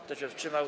Kto się wstrzymał?